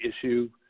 issue